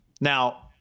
Now